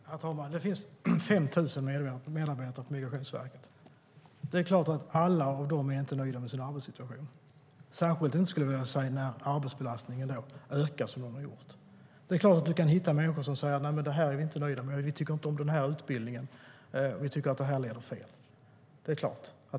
Herr talman! Det finns 5 000 medarbetare på Migrationsverket. Det är klart att inte alla av dem är nöjda med sin arbetssituation, särskilt inte när arbetsbelastningen har ökat som den har gjort. Då kan man såklart hitta människor som säger att de inte är nöjda med något, inte tycker om en viss utbildning eller tycker att något leder åt fel håll.